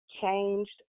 Changed